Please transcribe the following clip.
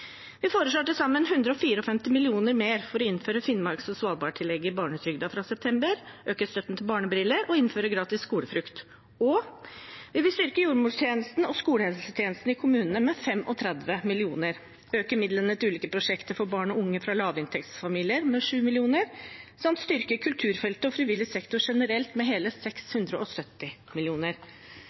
Vi foreslår til sammen 154 mill. kr mer for å innføre finnmarks- og svalbardtillegget i barnetrygden fra september, øke støtten til barnebriller og innføre gratis skolefrukt. Og vi vil styrke jordmortjenesten og skolehelsetjenesten i kommunene med 35 mill. kr, øke midlene til ulike prosjekter for barn og unge fra lavinntektsfamilier med 7 mill. kr samt styrke kulturfeltet og frivillig sektor generelt med hele 670